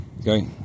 okay